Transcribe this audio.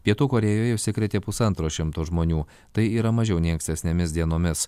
pietų korėjoj užsikrėtė pusantro šimto žmonių tai yra mažiau nei ankstesnėmis dienomis